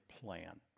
plan